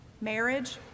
marriage